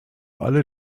alle